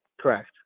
Correct